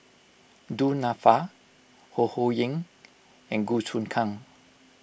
Du Nanfa Ho Ho Ying and Goh Choon Kang